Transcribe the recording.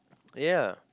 ya